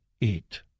eat